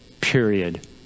period